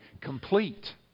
complete